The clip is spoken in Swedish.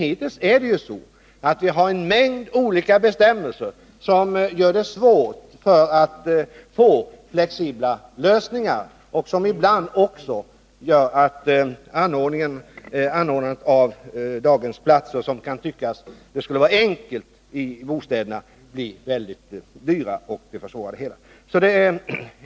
Hittills har det ju varit så att det funnits en mängd olika bestämmelser och att det därigenom varit svårt att få fram flexibla lösningar. Ibland har det också blivit väldigt dyrt att anordna daghemsplatser — något som kan tyckas vara enkelt — i lägenheter, och det försvårar det hela.